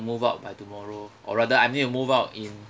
move out by tomorrow or rather I need to move out in